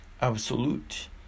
absolute